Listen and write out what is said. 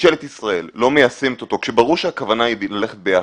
ממשלת ישראל לא מיישמת אותו כאשר ברור שהכוונה היא ללכת ביחד.